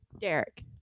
Derek